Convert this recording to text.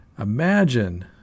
imagine